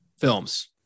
films